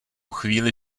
chvíli